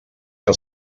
que